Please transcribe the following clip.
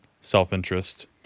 self-interest